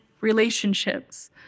relationships